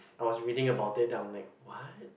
I was reading about it and then I'm like what